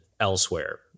Elsewhere